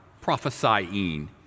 prophesying